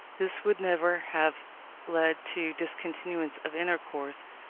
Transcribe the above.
this would never have led to discontinuance of intercourse,